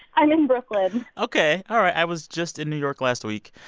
i'm in brooklyn ok, all right. i was just in new york last week.